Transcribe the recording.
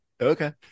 Okay